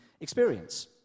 experience